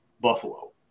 Buffalo